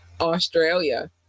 australia